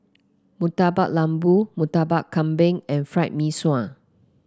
Murtabak Lembu Murtabak Kambing and Fried Mee Sua